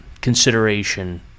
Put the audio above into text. consideration